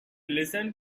listened